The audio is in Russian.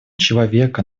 человека